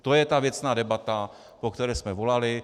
To je věcná debata, po které jsme volali.